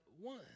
one